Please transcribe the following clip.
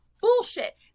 Bullshit